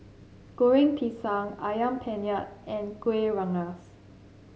Goreng Pisang ayam Penyet and Kueh Rengas